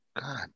God